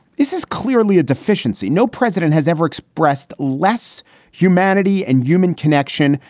this is clearly a deficiency. no president has ever expressed less humanity and human connection,